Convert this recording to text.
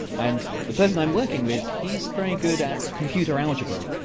and the person i'm working with, he's very good at computer algebra.